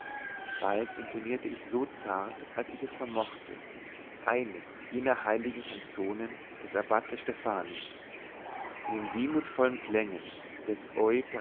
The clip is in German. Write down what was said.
bald intonierte ich so zart als ich es vermochte eine jener heiligen kanzonen des abbate steffani in den wehmutsvollen klängen des